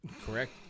correct